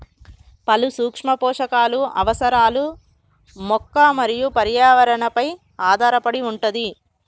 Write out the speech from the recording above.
పలు సూక్ష్మ పోషకాలు అవసరాలు మొక్క మరియు పర్యావరణ పై ఆధారపడి వుంటది